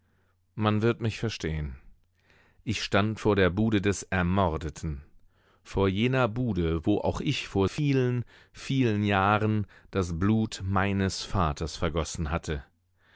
man wird mich verstehen ich stand vor der bude des ermordeten vor jener bude wo auch ich vor vielen vielen jahren das blut meines vaters vergossen hatte